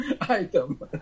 item